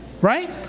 Right